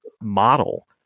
model